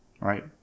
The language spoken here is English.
right